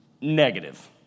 negative